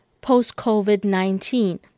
post-COVID-19